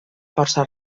força